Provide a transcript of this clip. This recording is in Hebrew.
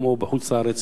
כמו בחוץ-לארץ,